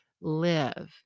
live